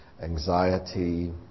anxiety